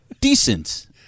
decent